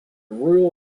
royal